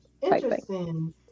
Interesting